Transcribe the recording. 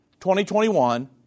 2021